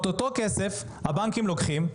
את אותו כסף הבנקים לוקחים,